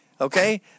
okay